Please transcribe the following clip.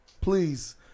Please